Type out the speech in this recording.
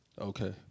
Okay